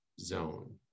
zone